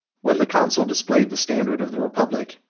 when the consul displayed the standard of the republic,